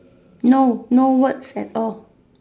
no no words at all